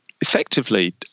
effectively